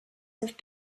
have